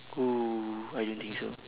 oh I don't think so